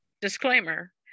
Disclaimer